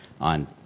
on